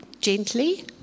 gently